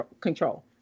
control